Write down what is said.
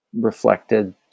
reflected